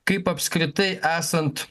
kaip apskritai esant